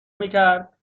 میکرد